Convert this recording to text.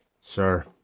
Sir